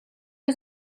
was